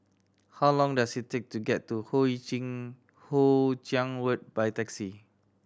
how long does it take to get to Hoe Chiang Road by taxi